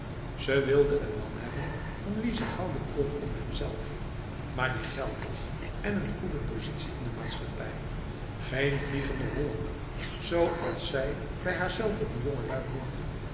ze wilde een man hebben van wie ze houden kon om hemzelf maar die geld had en een goede positie in de maatschappij geen vliegende hollander zoals zij bij haarzelve de jongelui noemde